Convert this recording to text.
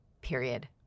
period